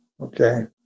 Okay